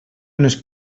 unes